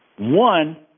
One